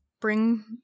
bring